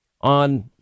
on